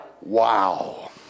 Wow